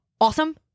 awesome